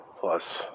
Plus